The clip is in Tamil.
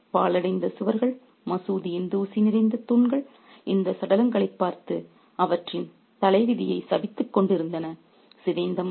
உடைந்த வளைவுகள் பாழடைந்த சுவர்கள் மசூதியின் தூசி நிறைந்த தூண்கள் இந்தச் சடலங்களைப் பார்த்து அவற்றின் தலைவிதியைச் சபித்துக்கொண்டிருந்தன